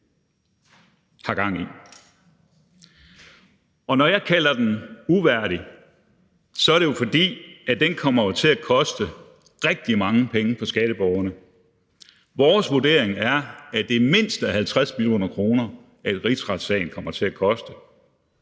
har gang i. Når jeg kalder den uværdig, er det jo, fordi den kommer til at koste rigtig mange penge for skatteborgerne. Vores vurdering er, at det mindst er 50 mio. kr., rigsretssagen kommer til at koste.